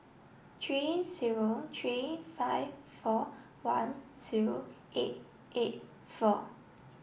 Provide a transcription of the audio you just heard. three zero three five four one zero eight eight four